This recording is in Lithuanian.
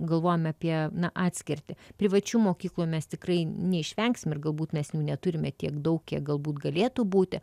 galvojam apie atskirtį privačių mokyklų mes tikrai neišvengsime ir galbūt mes neturime tiek daug kiek galbūt galėtų būti